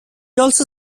also